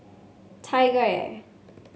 TigerAir